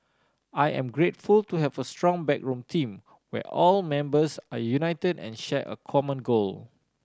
I am grateful to have a strong backroom team where all members are united and share a common goal